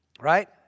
Right